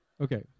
Okay